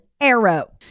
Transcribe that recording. Arrow